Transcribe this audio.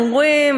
הם אומרים,